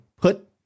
put